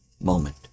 moment